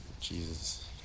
Jesus